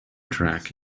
track